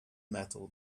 metal